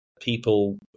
people